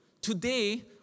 Today